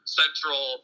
central –